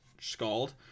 Scald